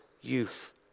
youth